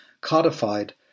codified